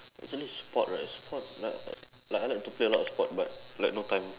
actually sport right sport like like I like to play a lot of sport but like no time